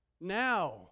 Now